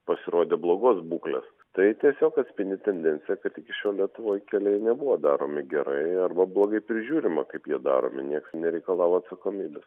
pasirodė blogos būklės tai tiesiog atspindi tendenciją kad iki šiol lietuvoj keliai nebuvo daromi gerai arba blogai prižiūrima kaip jie daromi nieks nereikalavo atsakomybės